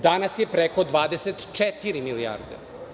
Danas je preko 24 milijarde.